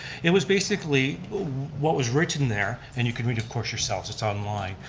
it was basically what was written there, and you can read of course yourselves, it's online,